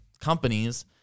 companies